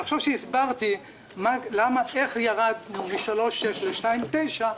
עכשיו כשהסברתי איך ירדנו מ-3.6% ל-2.9%,